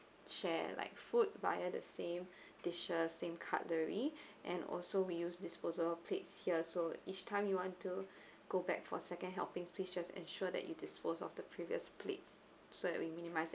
share like food via the same dishes same cutlery and also we use disposable plates here so each time you want to go back for second helping please just ensure that you dispose of the previous plates so that we minimize